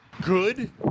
good